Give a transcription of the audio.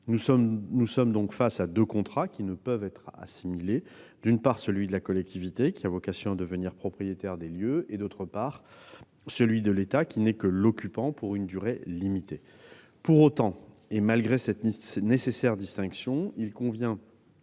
Nous sommes donc face à deux contrats qui ne peuvent être assimilés : d'une part, celui de la collectivité, qui a vocation à devenir propriétaire des lieux ; d'autre part, celui de l'État, qui n'est que l'occupant pour une durée limitée. Pour autant et malgré cette nécessaire distinction, il convient